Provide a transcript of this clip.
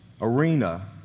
arena